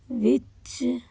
ਵਿੱਚ